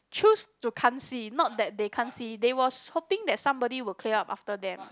choose to can't see not that they can't see they was hoping that somebody will clear up after them